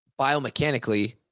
biomechanically